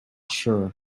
sure